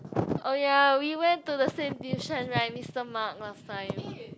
oh ya we went to the same tuition right Mister Mark last time